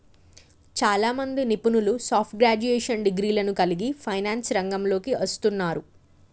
చాలామంది నిపుణులు soft graduation డిగ్రీలను కలిగి ఫైనాన్స్ రంగంలోకి వస్తున్నారు